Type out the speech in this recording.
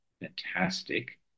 fantastic